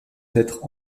d’être